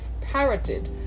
parroted